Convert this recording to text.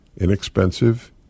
Inexpensive